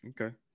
Okay